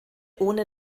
ohne